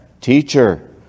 Teacher